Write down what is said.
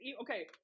Okay